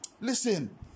Listen